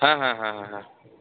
হ্যা হ্যাঁ হ্যাঁ হ্যাঁ হ্যাঁ